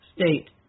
state